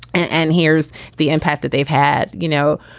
and here's the impact that they've had, you know,